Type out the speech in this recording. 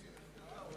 אורי